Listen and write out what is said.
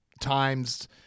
times